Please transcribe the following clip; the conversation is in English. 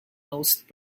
most